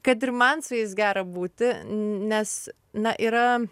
kad ir man su jais gera būti nes na yra